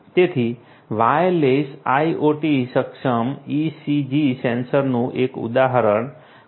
તેથી wireless IOT સક્ષમ ECG સેન્સરનું એક ઉદાહરણ QardioCore છે